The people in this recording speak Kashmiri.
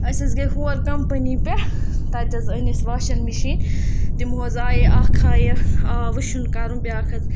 أسۍ حظ گٔیٚے ہور کَمپٔنی پٮ۪ٹھ تَتہِ حظ أنۍ اَسہِ واشَل مِشیٖن تِمو حظ ہایے اَکھ ہایے آب وُشُن کَرُن بیٛاکھ حظ